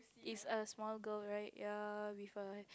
is a small girl right ya with a